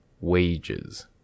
wages